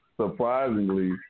surprisingly